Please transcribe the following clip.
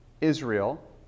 Israel